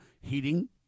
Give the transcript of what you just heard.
heating